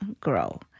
grow